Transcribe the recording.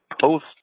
post